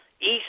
east